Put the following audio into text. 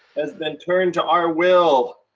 has been turned to our will.